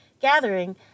gathering